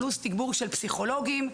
פלוס תגבור של פסיכולוגים,